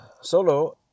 solo